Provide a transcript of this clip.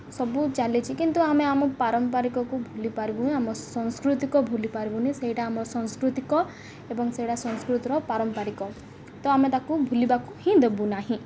ସବୁ ଚାଲିଛି କିନ୍ତୁ ଆମେ ଆମ ପାରମ୍ପାରିକୁ ଭୁଲିପାରିବୁନି ଆମ ସଂସ୍କୃତିକୁ ଭୁଲି ପାରବୁନି ସେଇଟା ଆମର ସଂସ୍କୃତିକ ଏବଂ ସେଇଟା ସଂସ୍କୃତିର ପାରମ୍ପାରିକ ତ ଆମେ ତାକୁ ଭୁଲିବାକୁ ହିଁ ଦେବୁ ନାହିଁ